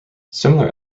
similar